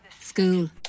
school